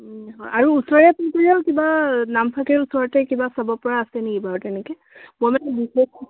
হয় আৰু ওচৰে চুচৰেও কিবা নামফাকে ওচৰতে কিবা চাবপৰা আছে নেকি বাৰু তেনেকৈ মই মানে বিশেষ